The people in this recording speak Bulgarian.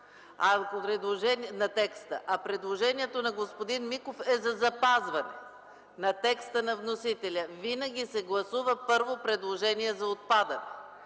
а предложението на господин Миков е за запазване на текста на вносителя. Винаги се гласува първо предложение за отпадане,